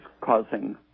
causing